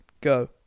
go